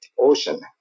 Ocean